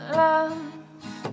love